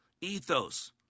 Ethos